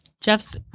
Jeff's